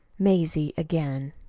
mazie again